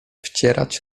wcierać